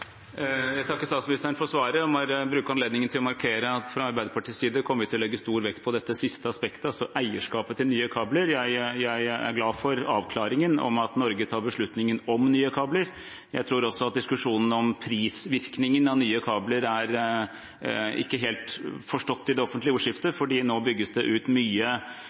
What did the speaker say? Jeg takker statsministeren for svaret. Jeg vil bruke anledningen til å markere at vi fra Arbeiderpartiets side kommer til å legge stor vekt på dette siste aspektet, altså eierskapet til nye kabler. Jeg er glad for avklaringen om at Norge tar beslutningen om nye kabler. Jeg tror også at diskusjonen om prisvirkningen av nye kabler ikke er helt forstått i det offentlige ordskiftet. Nå bygges det ut mye